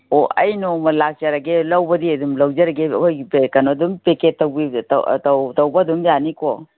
ꯑꯣ ꯑꯩ ꯅꯣꯡꯃ ꯂꯥꯛꯆꯔꯒꯦ ꯂꯧꯕꯗꯤ ꯑꯗꯨꯝ ꯂꯧꯖꯔꯒꯦ ꯑꯩꯈꯣꯏ ꯀꯩꯅꯣ ꯑꯗꯨꯝ ꯄꯦꯀꯦꯠ ꯇꯧꯕ ꯑꯗꯨꯝ ꯌꯥꯅꯤꯀꯣ